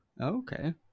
Okay